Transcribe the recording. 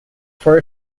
for